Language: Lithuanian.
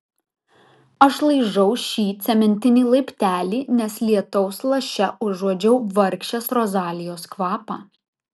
aš laižau šį cementinį laiptelį nes lietaus laše užuodžiau vargšės rozalijos kvapą